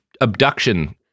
abduction